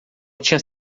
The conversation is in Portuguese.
tinha